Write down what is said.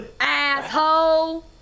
asshole